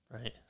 right